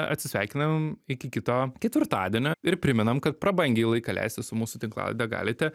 atsisveikinam iki kito ketvirtadienio ir primenam kad prabangiai laiką leisti su mūsų tinklalaide galite